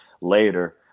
later